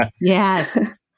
Yes